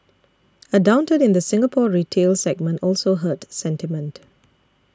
a downturn in the Singapore retail segment also hurt sentiment